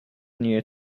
near